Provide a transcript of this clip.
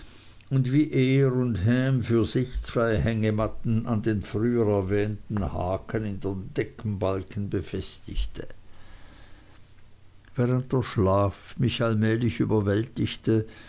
und wie er und ham für sich zwei hängematten an den früher erwähnten haken im deckbalken befestigte während der schlaf mich allmählich überwältigte